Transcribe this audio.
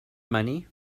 money